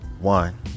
One